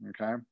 okay